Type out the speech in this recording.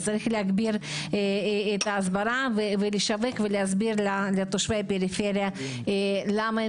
צריך להגביר את ההסברה ולשווק ולהסביר לתושבי הפריפריה למה הם